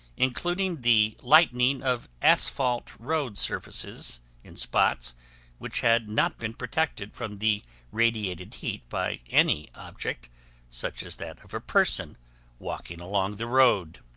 including the lightening of asphalt road surfaces in spots which had not been protected from the radiated heat by any object such as that of a person walking along the road.